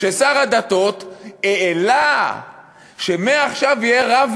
ששר הדתות העלה הצעה שמעכשיו יהיה רב